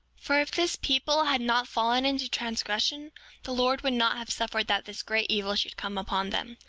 for if this people had not fallen into transgression the lord would not have suffered that this great evil should come upon them.